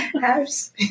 house